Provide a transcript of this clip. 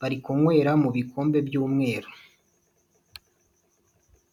bari kunywera mu bikombe by'umweru.